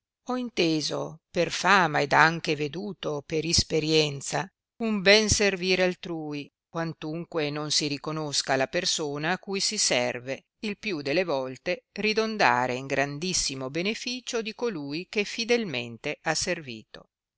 ho inteso per fama ed anche veduto per isperienza un ben servire altrui quantunque non si riconosca la persona a cui si serve il più delle volte ridondare in grandissimo beneficio di colui che tìdelmente ha servito